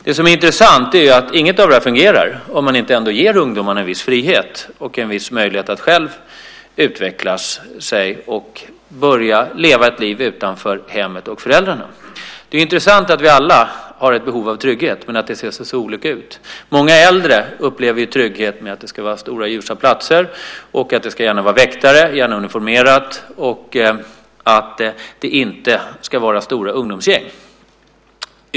Det som är intressant är att inget av det där fungerar om man inte ger ungdomarna en viss frihet och en viss möjlighet att själva utveckla sig och börja leva ett liv utanför hemmet och föräldrarna. Det är intressant att vi alla har ett behov av trygghet men att det ser olika ut. Många äldre upplever trygghet i att det ska vara stora ljusa platser, att det ska vara väktare, gärna uniformerade, och att det inte ska vara stora ungdomsgäng.